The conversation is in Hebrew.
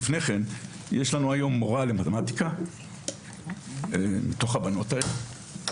היום מתוך הבנות האלה